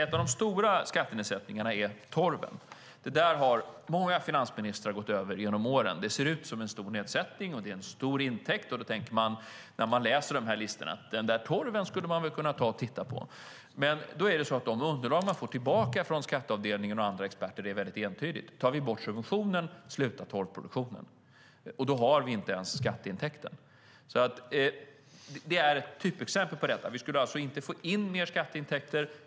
En av de stora skattenedsättningarna gäller torven. Det där har många finansministrar gått över genom åren. Det ser ut som en stor nedsättning, och det är en stor intäkt. Då tänker man när man läser dessa listor att den där torven skulle man kunna titta på. Men de underlag vi får tillbaka från skatteavdelningen och andra experter väldigt entydiga: Tar vi bort subventionen slutar torvproduktionen. Och då har vi inte ens skatteintäkten. Det är ett typexempel. Vi skulle alltså inte få in mer skatteintäkter.